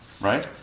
right